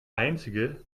einzige